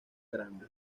grande